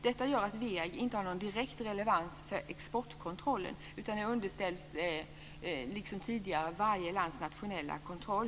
Detta gör att WEAG inte någon direkt relevans för exportkontrollen utan den är, liksom tidigare, underställd varje lands nationella kontroll.